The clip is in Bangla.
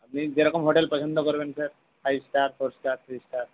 আপনি যেরকম হোটেল পছন্দ করবেন sir five star four star three star